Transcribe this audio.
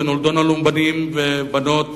ונולדו לנו בנים ובנות,